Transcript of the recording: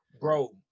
bro